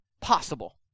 possible